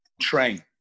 Train